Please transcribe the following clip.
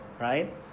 Right